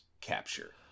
capture